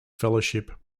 fellowship